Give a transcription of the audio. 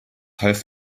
half